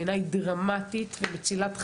עבודה דרמטית ומצילת חיים,